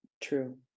True